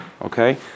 Okay